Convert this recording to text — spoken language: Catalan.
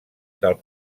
del